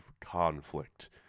conflict